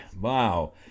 Wow